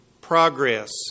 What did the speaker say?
Progress